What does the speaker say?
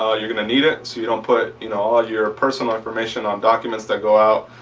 you're gonna need it so you don't put you know all your personal information on documents that go out.